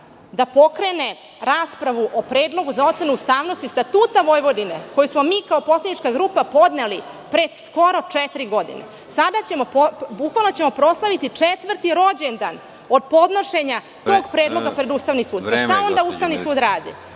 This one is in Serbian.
da pokrene raspravu o predlogu za ocenu ustavnosti Statuta Vojvodine koji smo kao poslanička grupa podneli pre skoro četiri godine? Bukvalno ćemo proslaviti četvrti rođendan od podnošenja tog predloga pred Ustavni sud.(Predsedavajući: